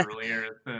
earlier